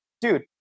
dude